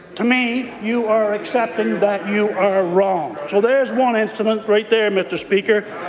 to me you are accepting that you are wrong. so there's one incident right there, mr. speaker,